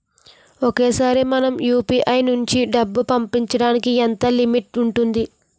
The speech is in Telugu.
ఒకేసారి మనం యు.పి.ఐ నుంచి డబ్బు పంపడానికి ఎంత లిమిట్ ఉంటుంది?